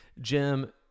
Jim